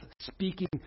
speaking